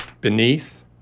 Beneath